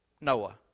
Noah